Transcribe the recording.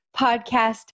Podcast